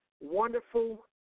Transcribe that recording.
wonderful